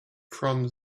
from